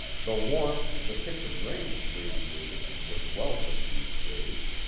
the warmth the kitchen range radiated was welcome these days,